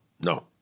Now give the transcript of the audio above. No